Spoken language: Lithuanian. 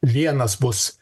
vienas bus